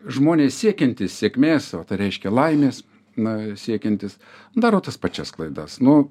žmonės siekiantys sėkmės o tai reiškia laimės na siekiantys daro tas pačias klaidas nu